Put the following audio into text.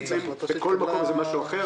בכל מקום זה משהו אחר.